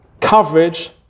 coverage